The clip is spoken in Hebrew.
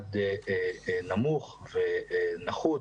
במעמד נמוך ונחות.